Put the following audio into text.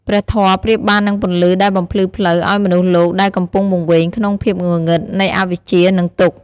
ព្រះធម៌ប្រៀបបាននឹងពន្លឺដែលបំភ្លឺផ្លូវឱ្យមនុស្សលោកដែលកំពុងវង្វេងក្នុងភាពងងឹតនៃអវិជ្ជា និងទុក្ខ។